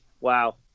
Wow